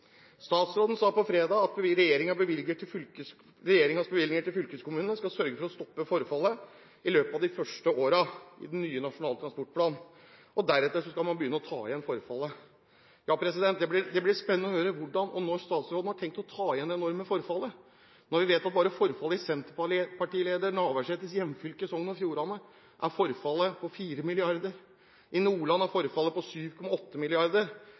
Statsråden sa på fredag at regjeringens bevilgninger til fylkeskommunene i den nye nasjonale transportplanen skal sørge for å stoppe forfallet i løpet av de første årene. Deretter skal man begynne å ta igjen forfallet. Det blir spennende å høre hvordan og når statsråden har tenkt å ta igjen det enorme forfallet, når vi vet at bare i senterpartileder Navarsetes hjemfylke, Sogn og Fjordane, er forfallet på 4 mrd. kr. I Nordland er forfallet på 7,8